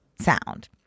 sound